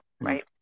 right